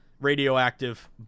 radioactive